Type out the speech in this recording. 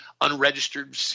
unregistered